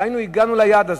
דהיינו, הגענו ליעד הזה.